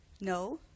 no